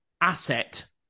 asset